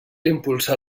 impulsar